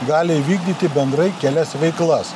gali vykdyti bendrai kelias veiklas